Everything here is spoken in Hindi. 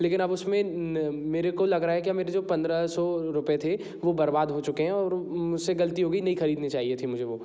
लेकिन अब उसमें मेरे को लग रहा है कि मेरे जो पंद्रह सौ रुपए थे वो बर्बाद हो चुके हैं और मुझसे गलती हो गई नहीं खरीदनी चाहिए थी मुझे वो